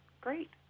great